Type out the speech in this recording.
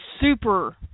super